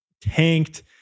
tanked